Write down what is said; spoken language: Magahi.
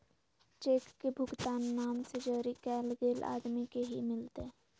चेक के भुगतान नाम से जरी कैल गेल आदमी के ही मिलते